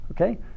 okay